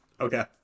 Okay